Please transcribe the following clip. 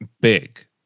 big